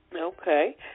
Okay